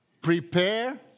prepare